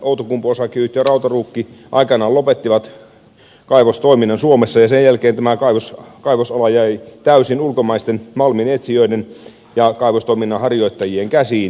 outokumpu oy ja rautaruukki aikanaan lopettivat kaivostoiminnan suomessa ja sen jälkeen tämä kaivosala jäi täysin ulkomaisten malminetsijöiden ja kaivostoiminnan harjoittajien käsiin